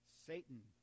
satan